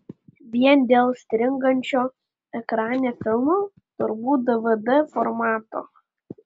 vien dėl stringančio ekrane filmo turbūt dvd formato